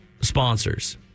sponsors